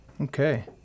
Okay